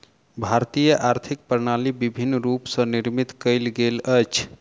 भारतीय आर्थिक प्रणाली विभिन्न रूप स निर्मित कयल गेल अछि